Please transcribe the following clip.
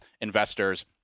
investors